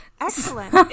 excellent